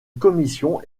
commission